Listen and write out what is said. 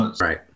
Right